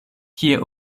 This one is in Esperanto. kie